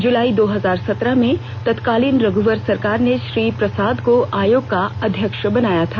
जुलाई दो हजार सत्रह में तत्कालीन रघुवर सरकार ने श्री प्रसाद को आयोग का अध्यक्ष बनाया था